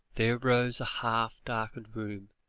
there rose a half-darkened room,